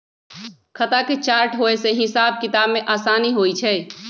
खता के चार्ट होय से हिसाब किताब में असानी होइ छइ